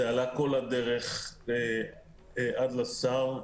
זה עלה כל הדרך עד לשר.